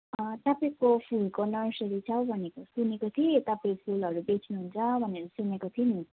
तपाईँको फुलको नर्सरी छ भनेको सुनेको थिएँ तपाईँ फुलहरू बेच्नुहुन्छ भनेर सुनेको थिएँ नि